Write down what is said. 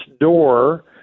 door